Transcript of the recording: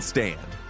Stand